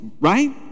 right